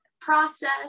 process